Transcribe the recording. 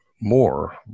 more